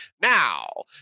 Now